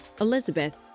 Elizabeth